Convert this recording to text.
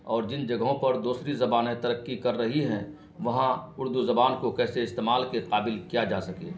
اور جن جگہوں پر دوسری زبانیں ترقی کر رہی ہیں وہاں اردو زبان کو کیسے استعمال کے قابل کیا جا سکے